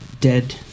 dead